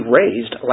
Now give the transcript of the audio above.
raised